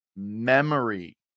memory